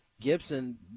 Gibson